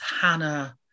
Hannah